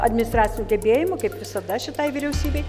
administracinių gebėjimų kaip visada šitai vyriausybei